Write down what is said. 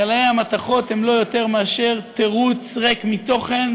גלאי המתכות הם לא יותר מאשר תירוץ ריק מתוכן